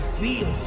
feel